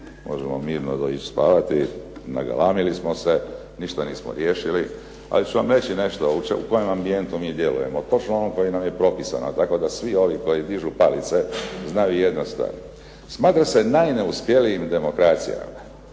mirno ići spavati. Nagalamili smo se, ništa nismo riješili. Ali ću vam reći nešto u kojem ambijentu mi djelujemo. Točno u onom koji nam je propisano. tako da svi ovi koji dižu palice znaju jednu stvar. Smatra se najneuspjelijim demokracijama